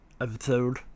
episode